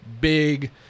big